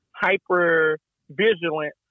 hyper-vigilant